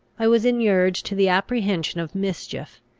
i was inured to the apprehension of mischief,